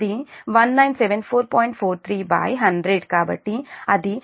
43100 కాబట్టి ఇది 19